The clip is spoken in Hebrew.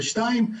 ודבר שני,